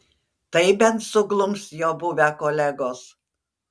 tai bent suglums jo buvę kolegos